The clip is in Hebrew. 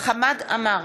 חמד עמאר,